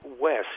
West